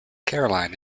caroline